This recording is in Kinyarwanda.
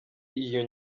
iyi